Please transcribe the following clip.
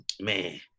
man